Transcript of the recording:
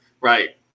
Right